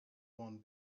one